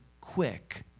quick